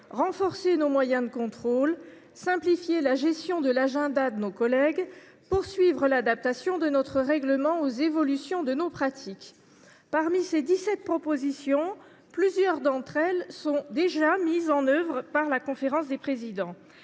renforcer nos moyens de contrôle ; simplifier la gestion de l’agenda de nos collègues ; enfin, poursuivre l’adaptation de notre règlement aux évolutions de nos pratiques. Plusieurs de ces 17 propositions sont déjà mises en œuvre par la conférence des présidents.